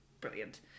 brilliant